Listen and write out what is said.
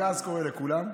אז קורא לכולם,